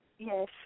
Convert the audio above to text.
Yes